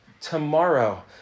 tomorrow